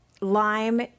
lime